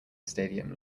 stadium